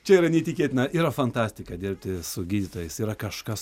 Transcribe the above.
čia yra neįtikėtina yra fantastika dirbti su gydytojais yra kažkas